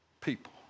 people